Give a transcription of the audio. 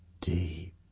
deep